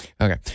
Okay